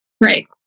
Right